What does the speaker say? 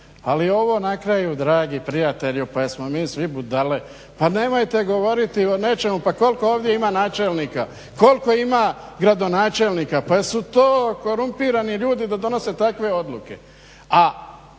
Ali ovo na kraju, dragi prijatelju, pa jesmo mi svi budale, pa nemojte govoriti o nećemu, pa koliko ovdje ima načelnika, koliko ima gradonačelnika, pa jesu to korumpirani ljudi da donose takve odluke.